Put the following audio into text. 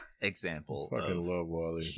example